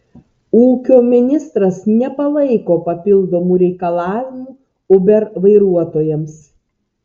ūkio ministras nepalaiko papildomų reikalavimų uber vairuotojams